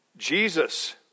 Jesus